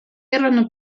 erano